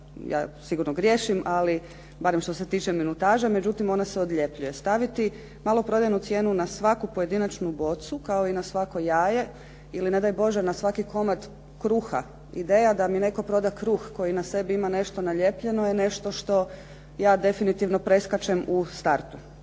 ja sigurno griješim ali barem što se tiče minutaže, međutim onda se odljepljuje. Staviti maloprodajnu cijenu na svaku pojedinačnu bocu kao i na svako jaje ili ne daj Bože na svaki komad kruha. Ideja da mi netko proda kruh koji na sebi ima nešto nalijepljeno je nešto što ja definitivno preskačem u startu.